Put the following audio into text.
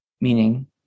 meaning